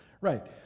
Right